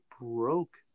broke